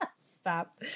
Stop